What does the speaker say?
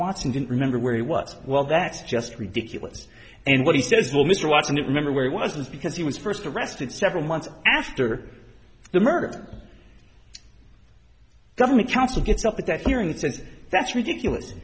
watson didn't remember where he was well that's just ridiculous and what he says well mr watson didn't remember where he was was because he was first arrested several months after the murder government counsel gets up at that hearing since that's ridiculous